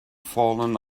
fallen